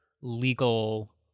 legal